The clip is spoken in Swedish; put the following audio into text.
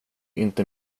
inte